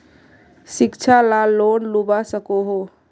शिक्षा ला लोन लुबा सकोहो?